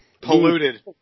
polluted